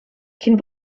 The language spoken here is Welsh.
cyn